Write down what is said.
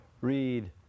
read